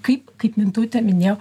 kaip kaip mintautė minėjo